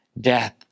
Death